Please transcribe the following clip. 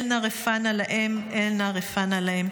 אל נא רפא נא להם, אל נא רפא נא להם.